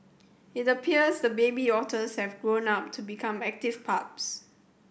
it appears the baby otters have grown up to become active pups